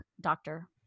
Doctor